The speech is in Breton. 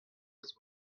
eus